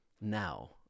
now